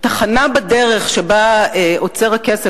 תחנה בדרך שבה עוצר הכסף,